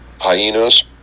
hyenas